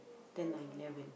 ten or eleven